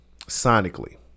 sonically